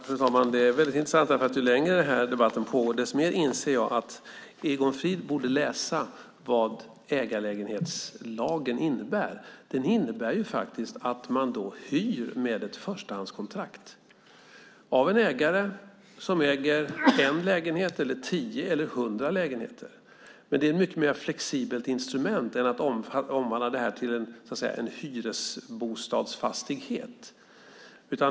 Fru talman! Det är väldigt intressant. Ju längre den här debatten pågår, desto mer inser jag att Egon Frid borde läsa vad ägarlägenhetslagen innebär. Den innebär att man hyr med ett förstahandskontrakt av en ägare som äger en, tio eller hundra lägenheter. Men det är ett mycket mer flexibelt instrument än att omvandla det här till en hyresbostadsfastighet.